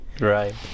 right